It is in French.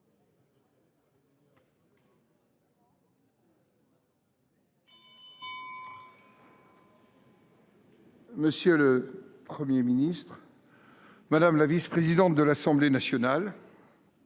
Monsieur le Premier ministre, madame la vice présidente de l’Assemblée nationale,